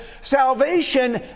salvation